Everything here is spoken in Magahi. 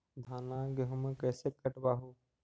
धाना, गेहुमा कैसे कटबा हू?